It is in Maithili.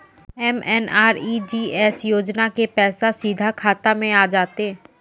एम.एन.आर.ई.जी.ए योजना के पैसा सीधा खाता मे आ जाते?